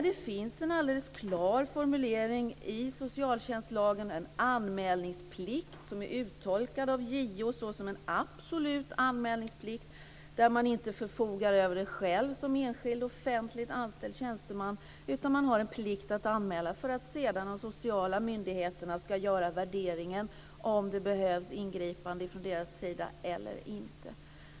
Det finns en alldeles klar formulering i socialtjänstlagen, en anmälningsplikt som är uttolkad av JO såsom en absolut anmälningsplikt där man inte förfogar över det själv som enskild offentligt anställd tjänsteman, utan man har en plikt att anmäla för att de sociala myndigheterna sedan ska göra värderingen om det behövs ingripande från deras sida eller inte.